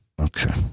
Okay